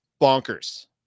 bonkers